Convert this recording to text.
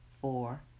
four